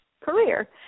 career